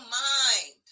mind